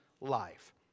life